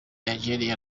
nigeria